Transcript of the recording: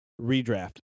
redraft